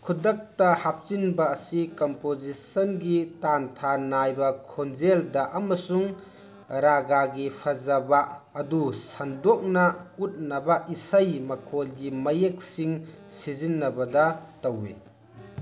ꯈꯨꯗꯛꯇ ꯍꯥꯞꯆꯤꯟꯕ ꯑꯁꯤ ꯀꯝꯄꯣꯖꯤꯁꯟꯒꯤ ꯇꯥꯟꯊꯥ ꯅꯥꯏꯕ ꯈꯣꯟꯖꯦꯜꯗ ꯑꯃꯁꯨꯡ ꯔꯥꯒꯒꯤ ꯐꯖꯕ ꯑꯗꯨ ꯁꯟꯗꯣꯛꯅ ꯎꯠꯅꯕ ꯏꯁꯩ ꯃꯈꯣꯜꯒꯤ ꯃꯌꯦꯛ ꯁꯤꯡ ꯁꯤꯖꯤꯟꯅꯕꯗ ꯇꯧꯏ